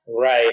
Right